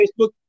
Facebook